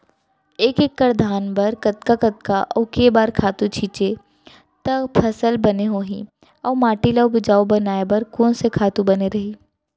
एक एक्कड़ धान बर कतका कतका अऊ के बार खातू छिंचे त फसल बने होही अऊ माटी ल उपजाऊ बनाए बर कोन से खातू बने रही?